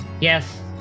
Yes